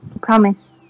Promise